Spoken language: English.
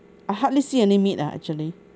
I hardly see any meat ah actually